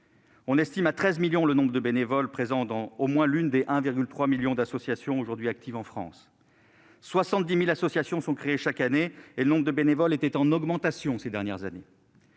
On estime à 13 millions le nombre de bénévoles présents dans au moins une des quelque 1,3 million d'associations aujourd'hui actives en France. Chaque année, 70 000 associations sont créées, et le nombre de bénévoles était en augmentation ces dernières années.